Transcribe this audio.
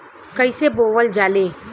कईसे बोवल जाले?